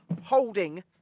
holding